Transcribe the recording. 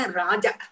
raja